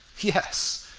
yes,